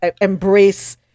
embrace